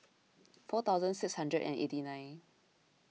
four thousand six hundred and eighty nine